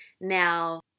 Now